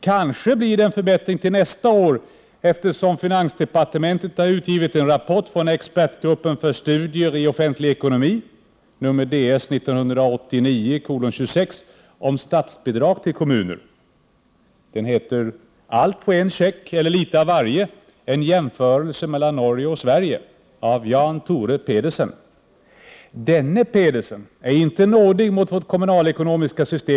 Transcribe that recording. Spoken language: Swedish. Kanske blir det en förbättring till nästa år, eftersom finansdepartementet har utgivit en rapport från expertgruppen för studier i offentlig ekonomi, Ds 1989:26, om statsbidrag till kommuner, ”Allt på en check eller lite av varje”, en jämförelse mellan Norge och Sverige av Jan Thore Pedersen. Denne Pedersen är inte nådig mot vårt kommunalekonomiska system.